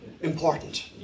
important